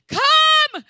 come